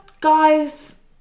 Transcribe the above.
guys